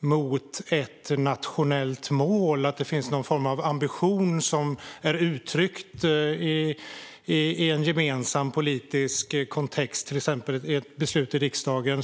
mot ett nationellt mål, att det finns någon form av ambition som är uttryckt i en gemensam politisk kontext, till exempel ett beslut i riksdagen.